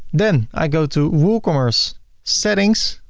then i go to woocommerce settings